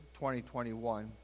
2021